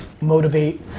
motivate